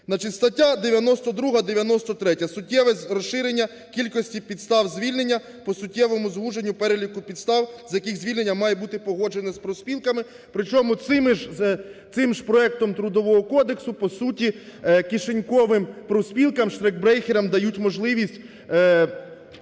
стаття 92-93 суттєве розширення кількості підстав звільнення по суттєвому звуженню переліку підстав, за яких звільнення має бути погоджено з профспілками, при чому цим же проектом Трудового кодексу по суті кишеньковим профспілкам-штрейхбрейкерам дають можливість